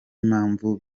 impamvu